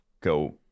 go